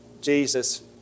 Jesus